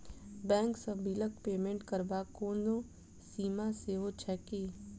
Bank सँ बिलक payment करबाक कोनो सीमा सेहो छैक की?